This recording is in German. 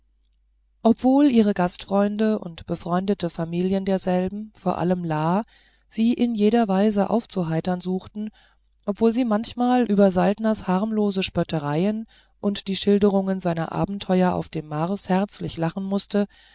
obwohl ihre gastfreunde und befreundete familien derselben vor allem la sie in jeder weise aufzuheitern suchten obwohl sie manchmal über saltners harmlose spöttereien und die schilderungen seiner abenteuer auf dem mars herzlich lachen mußte